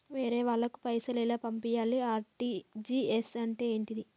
వేరే వాళ్ళకు పైసలు ఎలా పంపియ్యాలి? ఆర్.టి.జి.ఎస్ అంటే ఏంటిది?